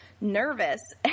nervous